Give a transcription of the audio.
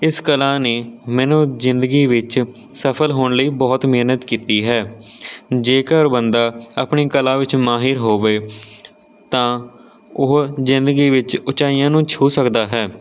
ਇਸ ਕਲਾ ਨੇ ਮੈਨੂੰ ਜ਼ਿੰਦਗੀ ਵਿੱਚ ਸਫਲ ਹੋਣ ਲਈ ਬਹੁਤ ਮਿਹਨਤ ਕੀਤੀ ਹੈ ਜੇਕਰ ਬੰਦਾ ਆਪਣੀ ਕਲਾ ਵਿੱਚ ਮਾਹਿਰ ਹੋਵੇ ਤਾਂ ਓਹ ਜ਼ਿੰਦਗੀ ਵਿੱਚ ਉਚਾਈਆਂ ਨੂੰ ਛੂਹ ਸਕਦਾ ਹੈ